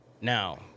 Now